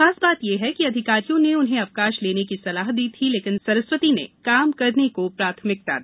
खास बात यह है कि अधिकारियों ने उन्हें अवकाश लेने की सलाह दी थी लेकिन सरस्वती ने काम करने को प्राथमिकता दी